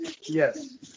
Yes